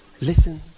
listen